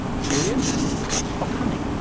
curious or cunning?